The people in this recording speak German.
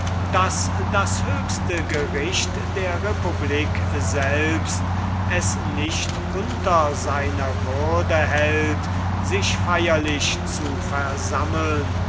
daß das höchste gericht der republik selbst es nicht unter seiner würde hält sich feierlich zu versammeln